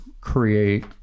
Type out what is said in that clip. create